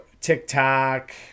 TikTok